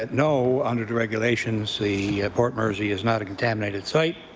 but no, under the regulations the port mersey is not a contaminated site.